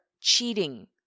cheating